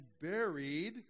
buried